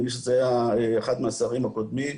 נדמה לי שזה היה אחד מהשרים הקודמים,